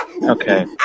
okay